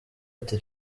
ati